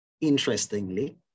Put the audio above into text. interestingly